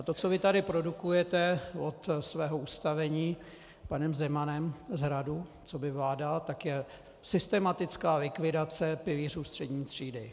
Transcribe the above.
To, co vy tady produkujete od svého ustavení panem Zemanem z Hradu coby vláda, je systematická likvidace pilířů střední třídy.